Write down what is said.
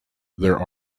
there